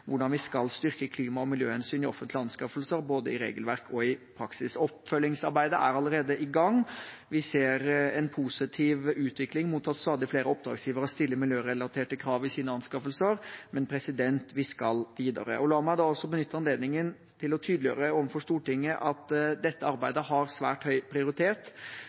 hvordan vi skal styrke klima- og miljøhensyn i offentlige anskaffelser, både i regelverk og i praksis. Oppfølgingsarbeidet er allerede i gang. Vi ser en positiv utvikling mot at stadig flere oppdragsgivere stiller miljørelaterte krav i sine anskaffelser. Men vi skal videre. La meg også benytte anledningen til å tydeliggjøre overfor Stortinget at dette arbeidet har svært høy prioritet.